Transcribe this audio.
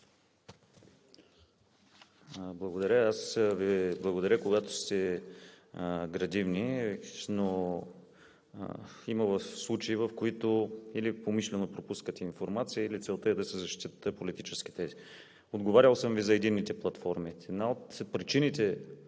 Благодаря. Аз Ви благодаря, когато сте градивни, но има случаи, в които или умишлено пропускате информация, или целта е да се защитят политически тези. Отговорил съм Ви за единните платформи.